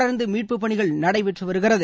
தொடர்ந்து மீட்பு பணிகள் நடைபெற்று வருகிறது